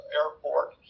airport